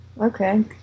Okay